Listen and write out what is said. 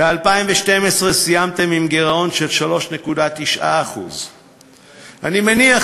ב-2012 סיימתם עם גירעון של 3.9%. אני מניח,